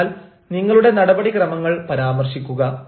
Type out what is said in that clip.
അതിനാൽ നിങ്ങളുടെ നടപടിക്രമങ്ങൾ പരാമർശിക്കുക